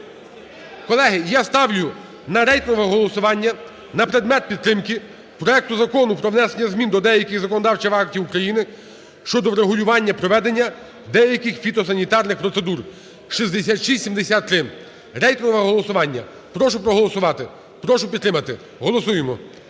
колеги, я ставлю на рейтингове голосування на предмет підтримки проекту Закону про внесення змін до деяких законодавчих актів України щодо врегулювання проведення деяких фітосанітарних процедур (6673), рейтингове голосування. Прошу проголосувати, прошу підтримати. Голосуємо,